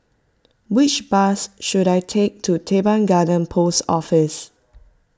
which bus should I take to Teban Garden Post Office